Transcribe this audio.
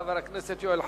חבר הכנסת יואל חסון.